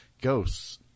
ghosts